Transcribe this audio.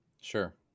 Sure